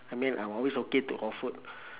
I mean I'm always okay to for food